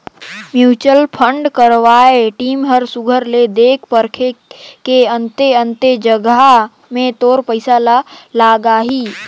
mutual fund करवइया team ह सुग्घर ले देख परेख के अन्ते अन्ते जगहा में तोर पइसा ल लगाहीं